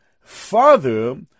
father